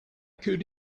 could